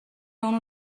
اون